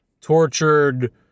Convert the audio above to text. tortured